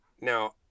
now